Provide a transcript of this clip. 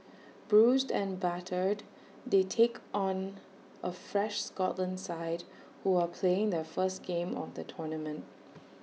bruised and battered they take on A fresh Scotland side who are playing their first game of the tournament